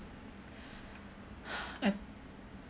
I